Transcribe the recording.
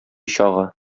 чагы